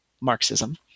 Marxism